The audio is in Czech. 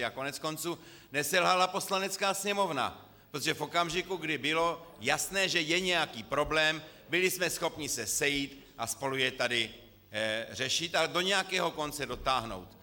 A koneckonců neselhala Poslanecká sněmovna, protože v okamžiku, kdy bylo jasné, že je nějaký problém, byli jsme schopni se sejít a spolu ho tady řešit a do nějakého konce dotáhnout.